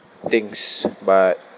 things but